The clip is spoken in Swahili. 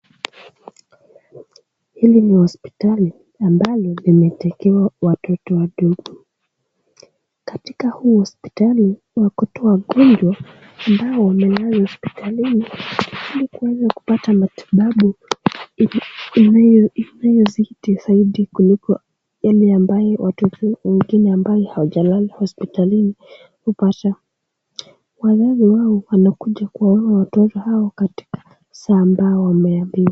Hili ni hospitali ambalo limetengewa watoto wadogo. Katika huu hospitali wako wagonjwa ambao wamelala hospitalini ili kuweza kupata matibabu inayozidi zaidi kuliko yale ambayo watoto wengine ambao hawajalala hospitalini hupata. Wazazi wao wanakuja kuwaona watoto hao katika saa ambao wameabiwa.